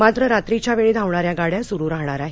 मात्र रात्रीच्या वेळी धावणा या गाड्या सुरू राहणार आहेत